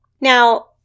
Now